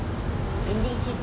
எந்திரிச்சிட்டு:enthirichitu